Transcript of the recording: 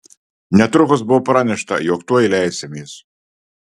netrukus buvo pranešta jog tuoj leisimės